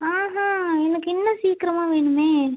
ஆஹான் எனக்கு இன்னும் சீக்கரமாக வேணுமே